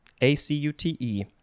A-C-U-T-E